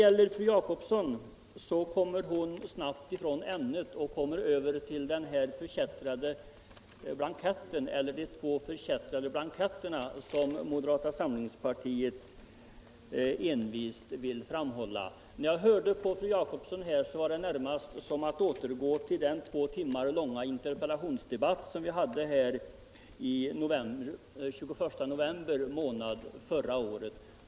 Fru Jacobsson kom snabbt från ämnet och över till de två förkättrade Nr 70 blanketterna, som moderata samlingspartiet envist vill framhålla. När Tisdagen den jag lyssnade till fru Jacobsson var det närmast som att återgå till den 29 april 1975 två timmar långa interpellationsdebatt som vi hade den 21 november förra året.